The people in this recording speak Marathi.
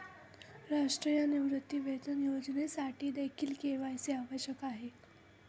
राष्ट्रीय निवृत्तीवेतन योजनेसाठीदेखील के.वाय.सी आवश्यक आहे